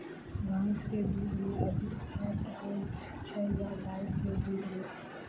भैंस केँ दुध मे अधिक फैट होइ छैय या गाय केँ दुध में?